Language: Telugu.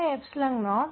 H Jfree0